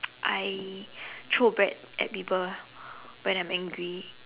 I throw bread at people when I'm angry